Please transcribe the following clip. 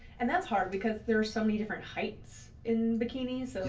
and that's hard because there so many different heights in bikinis. so